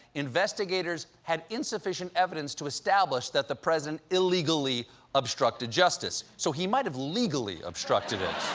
investigators had insufficient evidence to establish that the president illegally obstructed justice. so he might have legally obstructed it.